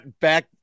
back